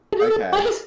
Okay